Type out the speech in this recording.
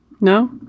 No